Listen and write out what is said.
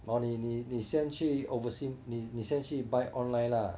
哦你你你先去 overseas 你先去 buy online lah